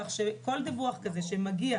כך שכל דיווח כזה שמגיע